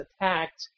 attacked